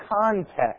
context